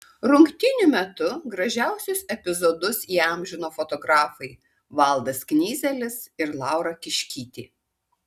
rungtynių metu gražiausius epizodus įamžino fotografai valdas knyzelis ir laura kiškytė